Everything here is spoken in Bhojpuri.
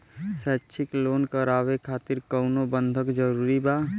शैक्षणिक लोन करावे खातिर कउनो बंधक जरूरी बा?